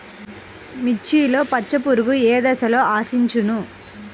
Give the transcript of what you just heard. మిర్చిలో పచ్చ పురుగు ఏ దశలో ఆశించును?